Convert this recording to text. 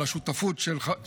על השותפות שלך,